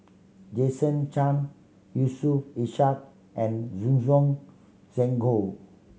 Jason Chan Yusof Ishak and Zhuang Shengtao